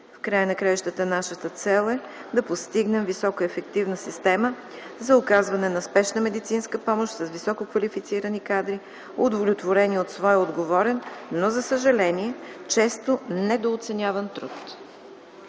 В края на краищата нашата цел е да постигнем високоефективна система за оказване на спешна медицинска помощ с висококвалифицирани кадри, удовлетворени от своя отговорен, но за съжаление често недооценяван труд.